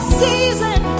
season